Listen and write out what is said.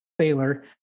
sailor